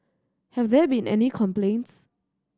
have there been any complaints